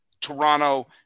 Toronto